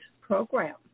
program